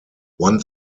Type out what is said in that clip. one